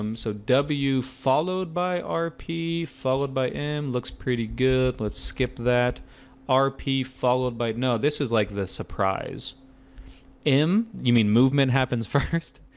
um so w followed by rp followed by m looks pretty good let's skip that rp followed by no. this is like this surprise m, you mean movement happens first,